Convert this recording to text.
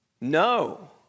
No